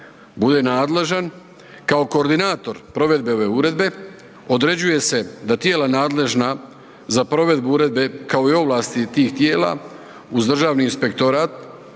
bude nadležan kao koordinator provedbe ove uredbe određuje se da tijela nadležna za provedbu uredbe kao i ovlasti tih tijela uz Državni inspektorat